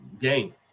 game